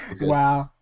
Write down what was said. wow